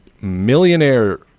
millionaire